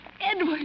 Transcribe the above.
Edward